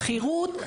עכירות,